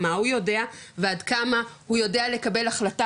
מה הוא יודע ועד כמה הוא יודע לקבל החלטה,